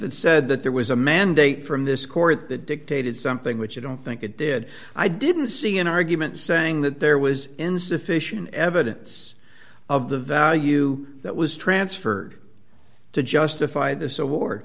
that said that there was a mandate from this court that dictated something which you don't think it did i didn't see an argument saying that there was insufficient evidence of the value that was transferred to justify th